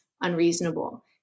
unreasonable